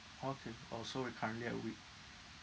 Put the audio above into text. okay orh so it currently a week